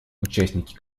участники